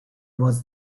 was